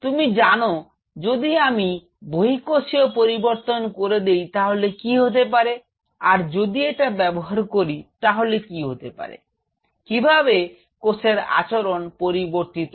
তুমি জান যদি আমি বহিঃকোষীয় পরিবর্তন করে দিই তাহলে কি হতে পারে আর যদি এটা ব্যাবহার করি তাহলে কি হতে পারে কিভাবে কোষের আচরণ পরিবর্তিত হয়